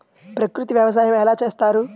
ప్రకృతి వ్యవసాయం ఎలా చేస్తారు?